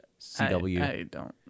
CW